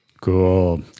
Cool